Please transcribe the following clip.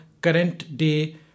current-day